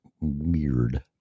weird